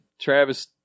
Travis